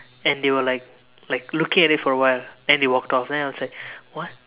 and they were like like looking at it for a while then they walked off then I was like what